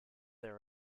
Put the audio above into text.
there